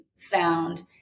found